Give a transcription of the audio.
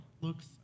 looks